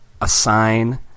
Assign